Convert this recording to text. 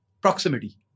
proximity